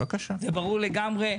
זה ברור לגמרי.